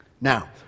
Now